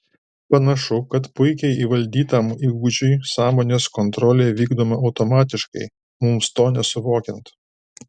panašu kad puikiai įvaldytam įgūdžiui sąmonės kontrolė vykdoma automatiškai mums to nesuvokiant